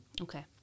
Okay